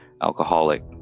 alcoholic